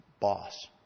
boss